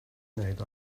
wneud